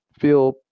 feel